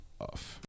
off